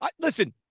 Listen